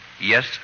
Yes